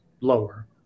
lower